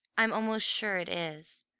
i'm almost sure it is,